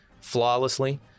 flawlessly